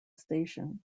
station